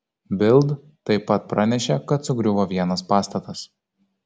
bild taip pat pranešė kad sugriuvo vienas pastatas